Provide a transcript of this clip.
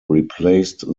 replaced